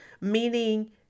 meaning